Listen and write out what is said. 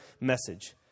message